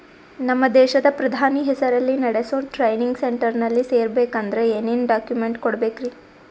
ನಮ್ಮ ದೇಶದ ಪ್ರಧಾನಿ ಹೆಸರಲ್ಲಿ ನೆಡಸೋ ಟ್ರೈನಿಂಗ್ ಸೆಂಟರ್ನಲ್ಲಿ ಸೇರ್ಬೇಕಂದ್ರ ಏನೇನ್ ಡಾಕ್ಯುಮೆಂಟ್ ಕೊಡಬೇಕ್ರಿ?